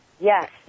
Yes